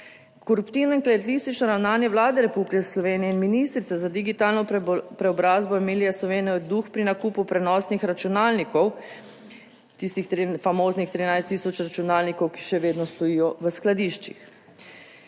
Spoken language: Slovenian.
Koruptivno in klientelistično ravnanje Vlade Republike Slovenije in ministrice za digitalno preobrazbo Emilija Stojmenova Duh pri nakupu prenosnih računalnikov, tistih famoznih 13 tisoč računalnikov, ki še vedno stojijo v skladiščih.